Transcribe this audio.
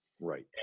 right